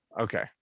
okay